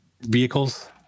vehicles